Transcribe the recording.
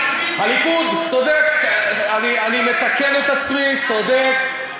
הליכוד, צודק, אני מתקן את עצמי, צודק.